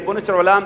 ריבונו של עולם,